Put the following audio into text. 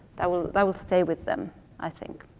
that will that will stay with them i think.